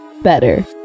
better